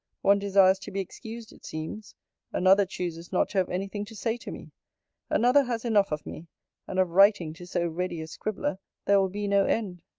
one desires to be excused, it seems another chooses not to have any thing to say to me another has enough of me and of writing to so ready a scribbler, there will be no end.